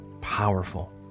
powerful